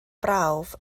brawf